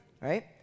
right